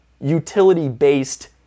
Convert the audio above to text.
utility-based